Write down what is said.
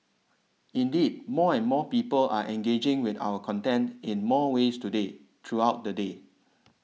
indeed more and more people are engaging with our content in more ways today throughout the day